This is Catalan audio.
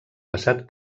passat